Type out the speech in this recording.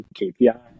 KPI